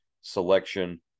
selection